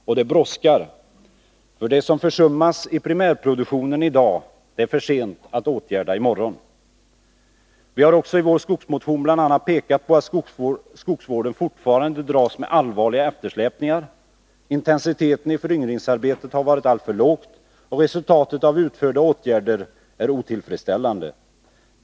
Och det brådskar, för det som försummas i tets verksamhetsprimärproduktionen i dag är det för sent att åtgärda i morgon. område Vi har också i vår skogsmotion bl.a. pekat på att skogsvården fortfarande dras med allvarliga eftersläpningar. Intensiteten i föryngringsarbetet har varit alltför låg, och resultatet av utförda åtgärder är otillfredsställande.